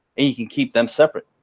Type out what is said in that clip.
and you can keep them separate.